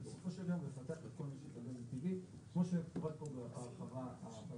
ובסופו של יום לפתח את כל משק הגז הטבעי כמו שפורט פה בהרחבה --- כן,